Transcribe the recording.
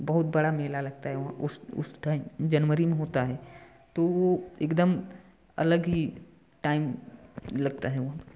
बहुत बड़ा मेला लगता है वहाँ उस उस टाइम जनवरी में होता है तो वो एकदम अलग ही टाइम लगता है वहाँ